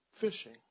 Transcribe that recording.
fishing